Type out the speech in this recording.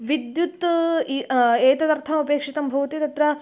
विद्युत् एतदर्थम् अपेक्षितं भवति तत्र